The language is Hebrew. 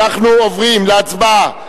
אנחנו עוברים להצבעה,